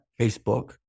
Facebook